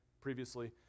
previously